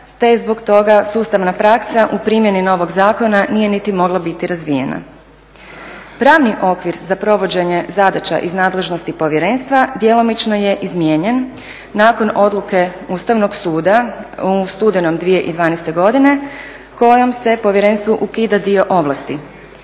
je zbog toga sustavna praksa u primjeni novog zakona nije niti mogla biti razvijena. Pravni okvir za provođenje zadaća iz nadležnosti povjerenstva djelomično je izmijenjen nakon odluke Ustavnog suda u studenom 2012. godine kojom se povjerenstvu ukida dio ovlasti.